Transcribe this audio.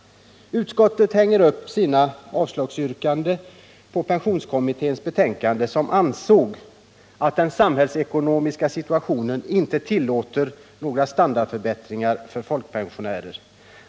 Utskottet hänger upp sina avslagsyrkanden på pensionskommitténs betänkande, som anser att den samhällsekonomiska situationen inte tillåter några standardförbättringar för folkpensionärerna.